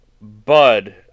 Bud